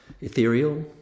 ethereal